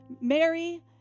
Mary